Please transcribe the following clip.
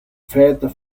väter